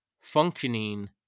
functioning